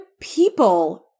people